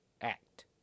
act